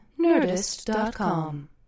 Nerdist.com